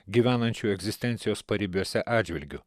gyvenančių egzistencijos paribiuose atžvilgiu